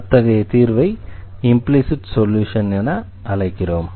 எனவே அத்தகைய தீர்வை இம்ப்ளிஸிட் சொல்யூஷன் என்று அழைக்கிறோம்